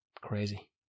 crazy